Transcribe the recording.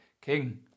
King